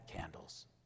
candles